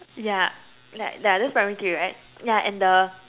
yeah like yeah that's primary three right yeah and the